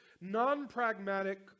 non-pragmatic